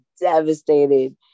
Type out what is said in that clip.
devastated